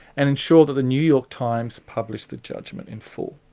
and ensure that the new york times published the judgement in full.